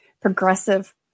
progressive